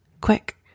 Quick